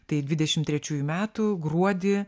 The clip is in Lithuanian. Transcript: tai dvidešimt trečiųjų metų gruodį